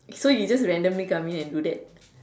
so you just randomly come in and do that